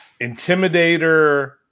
Intimidator